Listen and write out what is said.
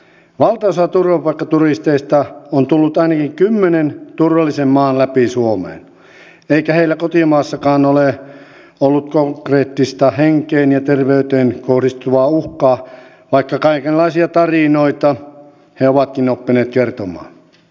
valtaosa turvapaikkaturisteista on tullut ainakin kymmenen turvallisen maan läpi suomeen eikä heillä kotimaassakaan ole ollut konkreettista henkeen ja terveyteen kohdistuvaa uhkaa vaikka kaikenlaisia tarinoita he ovatkin oppineet kertomaan